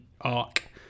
arc